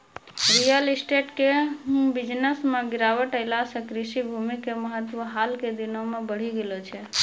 real estate के business मॅ गिरावट ऐला सॅ कृषि भूमि के महत्व हाल के दिनों मॅ बढ़ी गेलो छै